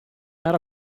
era